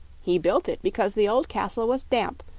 he built it because the old castle was damp,